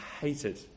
hated